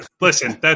listen